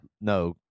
No